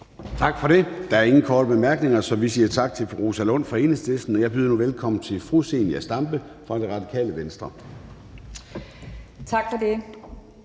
Tak for det. Der er ingen korte bemærkninger, så vi siger tak til fru Rosa Lund fra Enhedslisten, og jeg byder nu velkommen til fru Zenia Stampe fra Radikale Venstre. Kl.